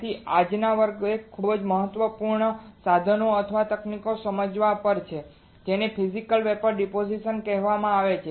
તેથી આજનો વર્ગ ખૂબ જ મહત્વપૂર્ણ સાધનો અથવા તકનીકને સમજવા પર છે જેને ફિઝિકલ વેપોર ડીપોઝીશન કહેવામાં આવે છે